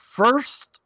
first